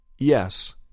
Yes